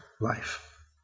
life